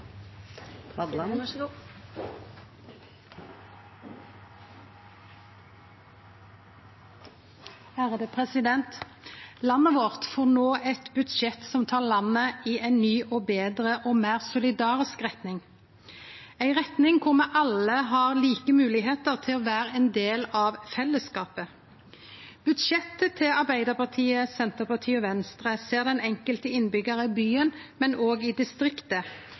meir solidarisk retning, ei retning der me alle har like moglegheiter til å vere ein del av fellesskapet. Budsjettet til Arbeidarpartiet, Senterpartiet og SV ser den enkelte innbyggjar i byen, men òg i distriktet